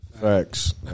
Facts